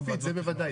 זה בוודאי,